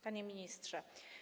Panie Ministrze!